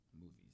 movies